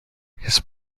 his